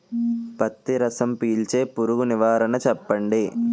పత్తి రసం పీల్చే పురుగు నివారణ చెప్పండి?